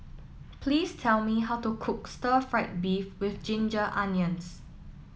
please tell me how to cook Stir Fried Beef with Ginger Onions